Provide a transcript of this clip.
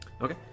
Okay